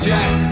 Jack